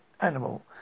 animal